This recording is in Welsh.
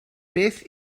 beth